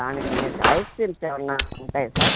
దానికనేసి ice creams ఏమైనా ఉంటాయా sir